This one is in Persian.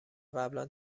قبلا